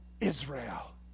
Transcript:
Israel